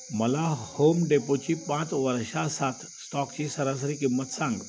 मला होम डेपोची पाच वर्षासाथ स्टॉकची सरासरी किंमत सांग